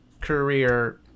career